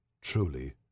Truly